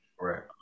Right